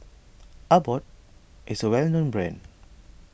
Abbott is a well known brand